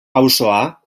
pausoa